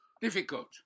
Difficult